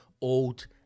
old